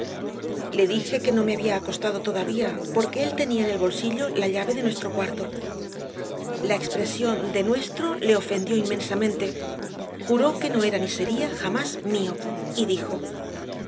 qué hacía allí ledijequeno mehabía acostado todavía porqueéltenía en elbolsillo la llave de nuestro cuarto la expresión de nuestro le ofendió inmensamente juró que no era nisería jamás mío y dijo